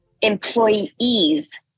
employees